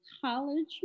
college